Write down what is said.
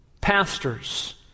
pastors